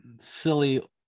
silly